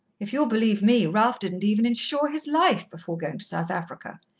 if you'll believe me, ralph didn't even insure his life, before going to south africa.